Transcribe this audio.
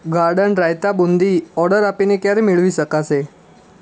garden રાયતા બૂંદી order આપીને ક્યારે મેળવી શકાશે